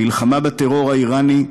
המלחמה בטרור האיראני,